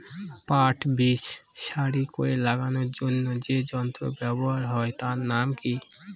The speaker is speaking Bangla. পাট বীজ সারি করে লাগানোর জন্য যে যন্ত্র ব্যবহার হয় তার নাম কি?